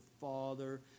Father